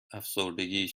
افسردگی